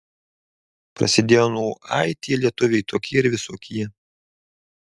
prasidėjo nuo ai tie lietuviai tokie ir visokie